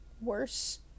Worse